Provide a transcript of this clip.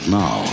now